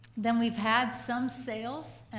then we've had some sales.